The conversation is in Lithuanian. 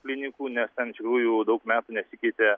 klinikų nes ten iš tikrųjų daug metų nesikeitė